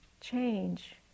change